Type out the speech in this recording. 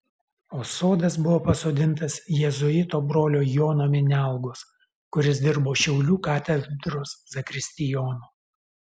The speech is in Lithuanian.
o sodas buvo pasodintas jėzuito brolio jono minialgos kuris dirbo šiaulių katedros zakristijonu